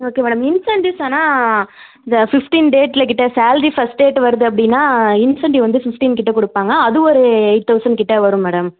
okay madam incentives ஆனால் இந்த fifteen டேட்டில் கிட்டே சேல்ரி ஃபஸ்ட் டேட் வருது அப்படின்னா இன்சென்டிவ் வந்து ஃபிஃப்டின் கிட்டே கொடுப்பாங்க அது ஒரு எயிட் தௌசண்ட் கிட்டே வரும் மேடம்